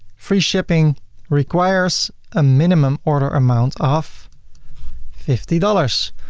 free shipping requires a minimum order amount of fifty dollars.